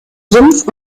sumpf